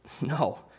no